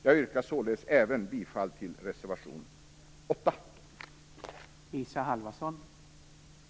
Jag yrkar bifall till reservation 8.